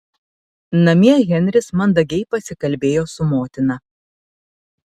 namie henris mandagiai pasikalbėjo su motina